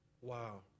wow